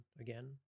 again